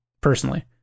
personally